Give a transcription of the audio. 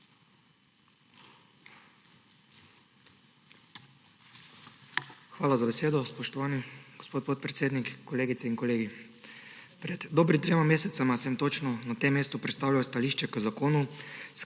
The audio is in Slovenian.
Hvala za besedo, spoštovani gospod podpredsednik. Kolegice in kolegi! Pred dobrimi tremi meseci sem točno na tem mestu predstavljal stališče k zakonu,